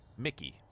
Mickey